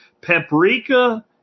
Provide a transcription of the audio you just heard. paprika